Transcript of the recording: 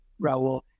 Raul